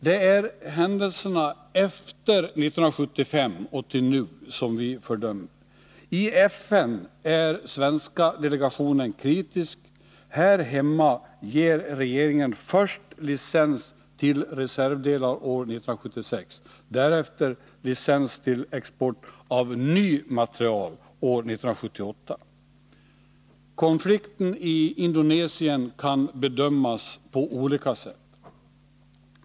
Det är händelserna från 1975 och till nu som vi fördömer. I FN är svenska delegationen kritisk — här hemma ger regeringen först licens till reservdelar år 1976 och därefter licens till export av ny materiel år 1978. Konflikten i Indonesien kan bedömas på olika sätt.